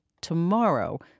tomorrow